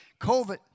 COVID